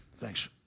Thanks